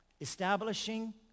Establishing